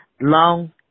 long